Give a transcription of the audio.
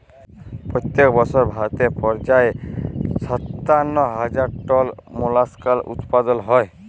পইত্তেক বসর ভারতে পর্যায়ে সাত্তান্ন হাজার টল মোলাস্কাস উৎপাদল হ্যয়